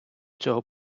цього